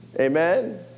Amen